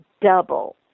double